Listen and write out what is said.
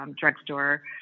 drugstore